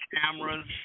cameras